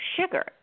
sugar